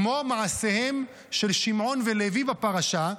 כמו מעשיהם של שמעון ולוי בפרשה,